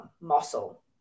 muscle